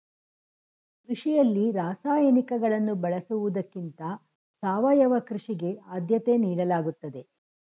ಕೃಷಿಯಲ್ಲಿ ರಾಸಾಯನಿಕಗಳನ್ನು ಬಳಸುವುದಕ್ಕಿಂತ ಸಾವಯವ ಕೃಷಿಗೆ ಆದ್ಯತೆ ನೀಡಲಾಗುತ್ತದೆ